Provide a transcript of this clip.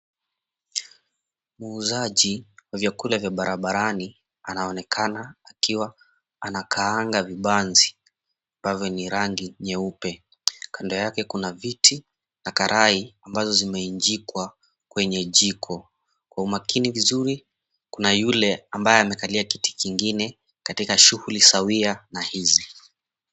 Muuzaji vyakula vya barabarani anaonekana akiwa anakaanga vibanzi ambavyo ni rangi nyeupe. Kando yake kuna viti na karai ambazo zimeinjikwa kwenye jiko, kwa umakini vizuri kuna yule ambaye amekalia kiti kingine katika shughuli sawia na hizi.